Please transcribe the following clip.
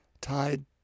tied